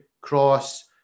Cross